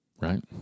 Right